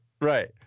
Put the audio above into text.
right